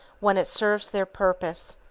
when it serves their purpose,